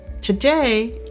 Today